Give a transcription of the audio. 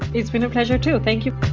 it's been a pleasure too. thank you.